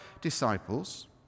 disciples